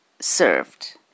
served